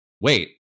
wait